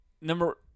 number